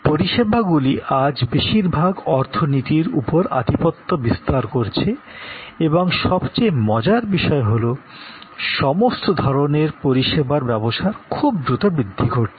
পরিষেবাগুলি আজ বেশিরভাগ অর্থনীতির উপর আধিপত্য বিস্তার করছে এবং সবচেয়ে মজার বিষয় হল সমস্ত ধরণের পরিষেবার ব্যবসার খুব দ্রুত বৃদ্ধি ঘটছে